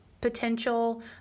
potential